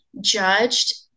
judged